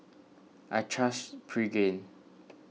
I trust Pregain